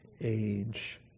age